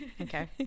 okay